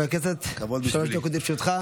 בבקשה, חבר הכנסת, שלוש דקות לרשותך.